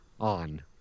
on